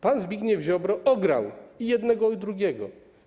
Pan Zbigniew Ziobro ograł i jednego, i drugiego.